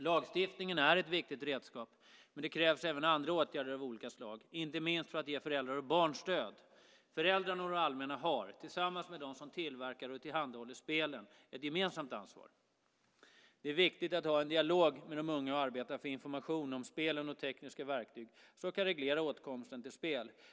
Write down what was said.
Lagstiftningen är ett viktigt redskap men det krävs även andra åtgärder av olika slag, inte minst för att ge föräldrar och barn stöd. Föräldrarna och det allmänna har, tillsammans med dem som tillverkar och tillhandahåller spelen, ett gemensamt ansvar. Det är viktigt att ha en dialog med de unga och att arbeta för information om spelen och tekniska verktyg som kan reglera åtkomsten till spel.